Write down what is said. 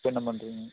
இப்போ என்ன பண்ணுறீங்க